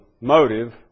motive